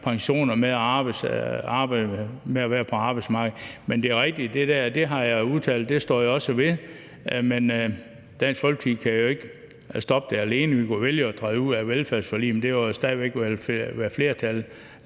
pensioner med at være på arbejdsmarkedet. Det er rigtigt, at det der har jeg udtalt, og det står jeg også ved, men Dansk Folkeparti kan jo ikke stoppe det alene. Vi kunne vælge at træde ud af velfærdsforliget, men der vil stadig væk være et